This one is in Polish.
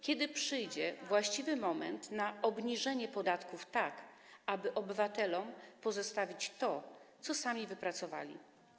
Kiedy przyjdzie właściwy moment na obniżenie podatków, aby obywatelom pozostawić to, co sami wypracowali?